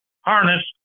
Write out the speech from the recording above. harness